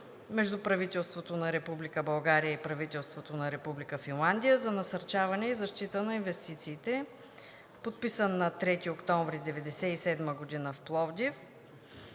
между правителството на Република България и правителството на Република Финландия за насърчаване и защита на инвестициите, подписан на 3 октомври 1997 г. в Пловдив,